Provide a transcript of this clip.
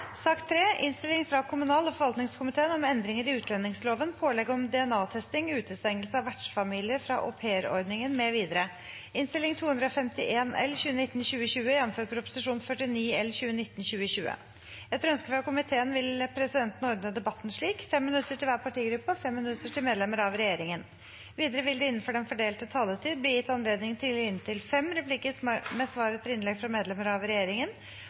sak nr. 2. Etter ønske fra kommunal- og forvaltningskomiteen vil presidenten ordne debatten slik: 5 minutter til hver partigruppe og 5 minutter til medlemmer av regjeringen. Videre vil det – innenfor den fordelte taletid – bli gitt anledning til inntil fem replikker med svar etter innlegg fra medlemmer av regjeringen.